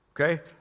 Okay